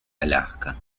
alaska